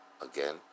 again